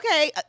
okay